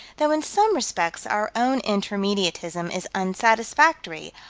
though in some respects our own intermediatism is unsatisfactory,